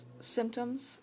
symptoms